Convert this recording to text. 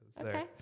Okay